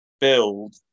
build